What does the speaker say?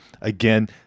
again